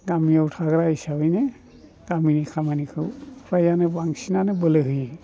गामियाव थाग्रा हिसाबैनो गामिनि खामानिखौ फ्रायआनो बांसिनानो बोलो होयो